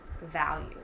value